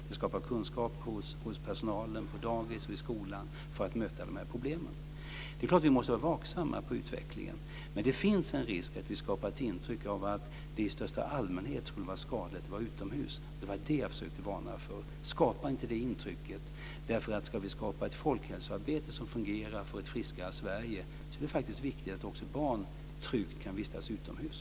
Det skapar kunskap hos personalen på dagis och i skolan för att möta problemen. Det är klart att vi måste vara vaksamma på utvecklingen. Men det finns en risk för att vi skapar ett intryck av att det i största allmänhet skulle vara skadligt att vara utomhus. Det var det jag försökte varna för. Skapa inte det intrycket. Ska vi skapa ett folkhälsoarbete som fungerar och få ett friskare Sverige är det viktigt att också barn tryggt kan vistas utomhus.